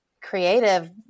creative